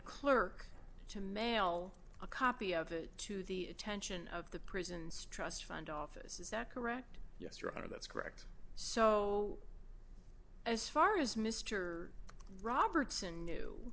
clerk to mail a copy of it to the attention of the prison's trust fund office is that correct yes your honor that's correct so as far as mr robertson knew